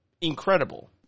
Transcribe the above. incredible